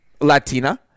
Latina